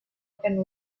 and